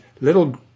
little